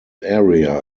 area